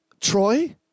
Troy